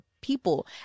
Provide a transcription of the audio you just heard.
people